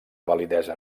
validesa